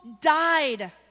died